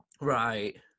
Right